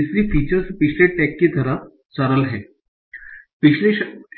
इसलिए फीचर्स पिछले टैग की तरह सरल हैं पिछले